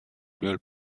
world